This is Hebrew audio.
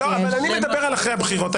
אבל אני מדבר על לפני הבחירות.